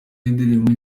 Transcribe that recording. yindirimbo